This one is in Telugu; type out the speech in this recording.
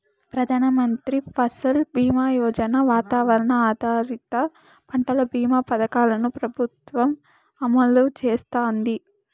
ప్రధాన మంత్రి ఫసల్ బీమా యోజన, వాతావరణ ఆధారిత పంటల భీమా పథకాలను ప్రభుత్వం అమలు చేస్తాంది